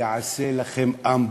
יעשה לכם אמבוש,